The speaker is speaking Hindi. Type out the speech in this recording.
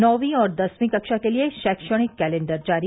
नौवीं और दसवीं कक्षा के लिए शैक्षणिक कैलेंडर जारी